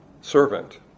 servant